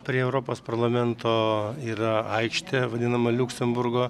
prie europos parlamento yra aikštė vadinama liuksemburgo